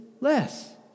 less